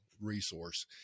resource